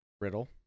Riddle